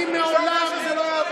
אתה יודע שזה לא יעבור, שזה לא יעבור.